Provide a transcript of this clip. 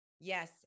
yes